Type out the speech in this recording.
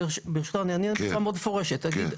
ברשותך, אענה בצורה מפורשת מאוד.